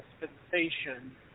dispensation